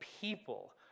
people